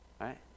right